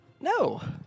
No